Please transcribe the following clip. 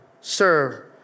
serve